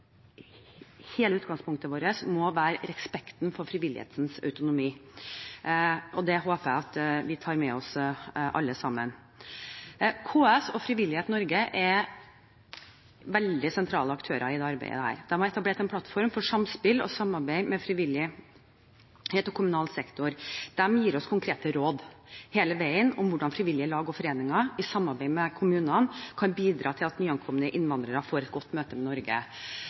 hele utgangspunktet vårt må være respekt for frivillighetens autonomi. Og det håper jeg at vi tar med oss alle sammen. KS og Frivillighet Norge er veldig sentrale aktører i dette arbeidet. De har etablert en plattform for samspill og samarbeid mellom frivilligheten og kommunal sektor. De gir oss konkrete råd hele veien om hvordan frivillige lag og foreninger i samarbeid med kommunene kan bidra til at nyankomne innvandrere får et godt møte med Norge,